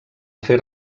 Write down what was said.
fer